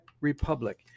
republic